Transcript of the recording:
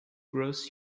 gross